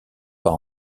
pas